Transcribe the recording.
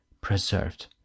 preserved